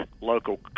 local